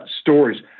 stories